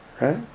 Right